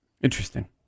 Interesting